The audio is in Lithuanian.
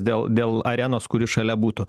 dėl dėl arenos kuri šalia būtų